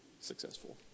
successful